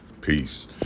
Peace